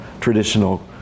traditional